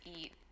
eat